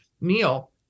meal